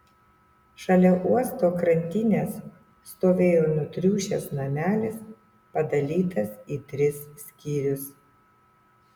šalia uosto krantinės stovėjo nutriušęs namelis padalytas į tris skyrius